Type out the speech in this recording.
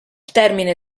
termine